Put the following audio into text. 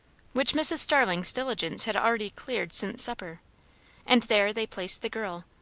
which mrs. starling's diligence had already cleared since supper and there they placed the girl,